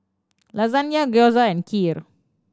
Lasagne Gyoza and Kheer